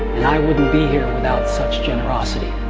and i wouldn't be here without such genrosity